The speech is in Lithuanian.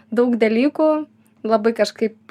daug dalykų labai kažkaip